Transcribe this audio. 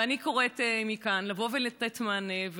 ואני קוראת מכאן לבוא ולתת מענה,